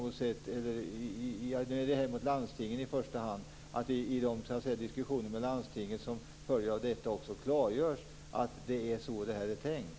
Också i de diskussioner med landstinget som följer är det bra om det klargörs att det är så det här är tänkt.